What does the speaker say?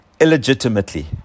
illegitimately